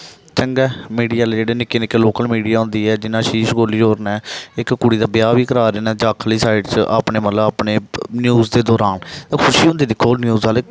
चंगा मिडिया आह्ले जेह्ड़े निक्के निक्के लोकल मिडिया होंदी ऐ जियां अशीश कोहली होर न इक कुड़ी दा ब्याह बी करा दे न ते जक्ख आह्ली साइड अपने मतलब अपनी न्यूज दे दरान ते खुशी होंदी दिक्खो न्यूज आह्ले